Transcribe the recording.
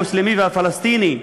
המוסלמי והפלסטיני,